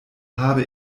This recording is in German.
habe